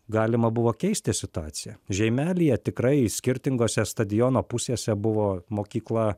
galima buvo keisti situaciją žeimelyje tikrai skirtingose stadiono pusėse buvo mokykla